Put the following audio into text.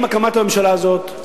עם הקמת הממשלה הזאת,